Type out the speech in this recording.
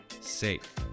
safe